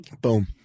Boom